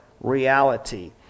reality